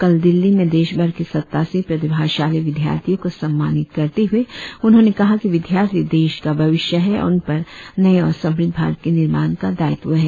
कल दिल्ली में देशभर के सत्तासी प्रतिभाशाली विद्यार्थियों को सम्मानित करते हुए उन्होंने कहा कि विद्यार्थी देश का भविष्य हैं और उन पर नयें और समृद्ध भारत के निर्माण का दायित्व है